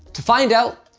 to find out,